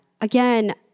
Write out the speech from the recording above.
Again